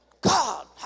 God